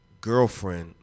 girlfriend